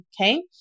Okay